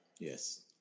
Yes